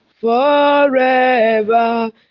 forever